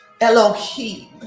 Elohim